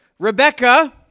Rebecca